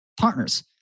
partners